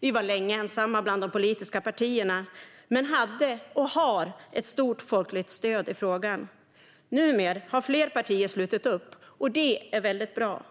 Vi var länge ensamma bland de politiska partierna men hade och har ett stort folkligt stöd i frågan. Numera har fler partier slutit upp, och det är väldigt bra.